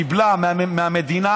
קיבלה מהמדינה,